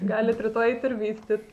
galit rytoj eit ir vystyt